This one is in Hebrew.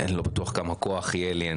שמתאפשר לי לעזור בה בהתאם לכוח שיש לי.